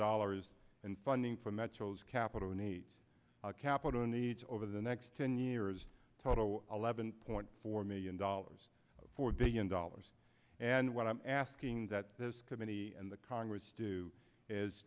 dollars in funding for metro's capital needs capital needs over the next ten years total eleven point four million dollars four billion dollars and what i'm asking that this committee and the congress do is